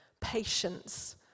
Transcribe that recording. patience